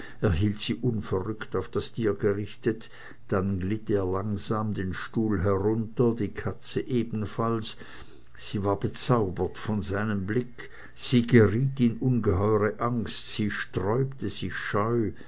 hielt sie unverrückt auf das tier gerichtet dann glitt er langsam den stuhl herunter die katze ebenfalls sie war wie bezaubert von seinem blick sie geriet in ungeheure angst sie sträubte sich scheu